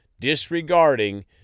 disregarding